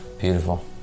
Beautiful